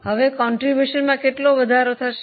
હવે ફાળામાં કેટલો વધારો થશે